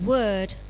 Word